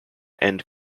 and